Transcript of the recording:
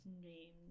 dreams